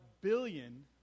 billion